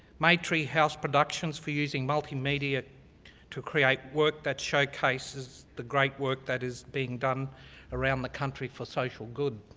maitree house productions for using multimedia to create work that showcases the great work that is being done around the country for social good.